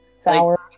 sour